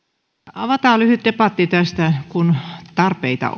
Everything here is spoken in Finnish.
avataan lyhyt debatti tästä kun tarpeita